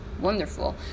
wonderful